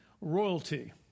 royalty